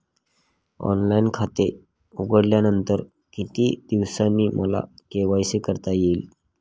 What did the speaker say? Online खाते उघडल्यानंतर किती दिवसांनी मला के.वाय.सी करता येईल?